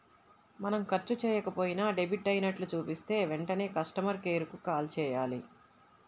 మనం ఖర్చు చెయ్యకపోయినా డెబిట్ అయినట్లు చూపిస్తే వెంటనే కస్టమర్ కేర్ కు కాల్ చేయాలి